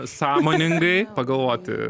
sąmoningai pagalvoti